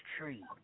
tree